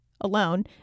alone